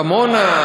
הוא עסוק בעמונה,